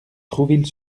trouville